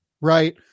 Right